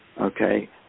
okay